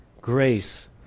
grace